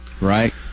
Right